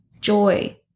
Joy